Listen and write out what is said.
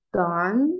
gone